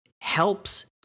helps